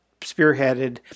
spearheaded